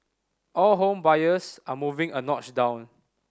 all home buyers are moving a notch down